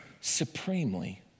supremely